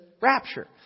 rapture